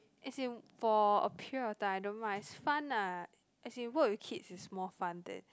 as in for a period of time I don't mind it's fun ah as in work with kids is more fun than